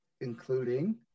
including